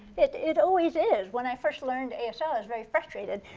it it always is. when i first learned asr i was very frustrated,